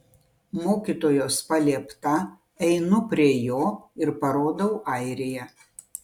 mokytojos paliepta einu prie jo ir parodau airiją